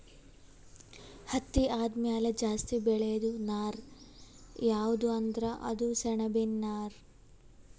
ಹತ್ತಿ ಆದಮ್ಯಾಲ ಜಾಸ್ತಿ ಬೆಳೇದು ನಾರ್ ಯಾವ್ದ್ ಅಂದ್ರ ಅದು ಸೆಣಬಿನ್ ನಾರ್